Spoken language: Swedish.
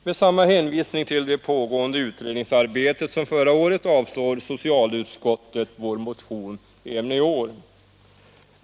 Med samma hänvisning till det pågående utredningsarbetet som förra året avstyrker socialutskottet vår motion även i år.